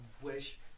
wish